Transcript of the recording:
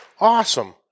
Awesome